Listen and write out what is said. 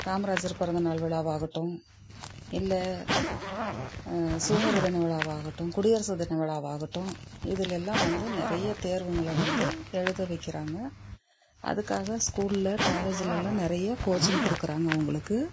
காமராஜர் பிறந்தநாள் விழாவாகட்டும் இல்லை சுதந்திர தின விழாவாகட்டும் குடியரசு தின விழாவாகட்டும் இதில் எல்லாம் வந்து நிறைய தேர்வுகள வந்து எழுத வைக்கிறாங்க அதுக்காக ஸ்கூலில் காலேஜுலெல்லாம் நிறைய கோச்சிங் கொடுக்குறாங்க அவங்களுக்கு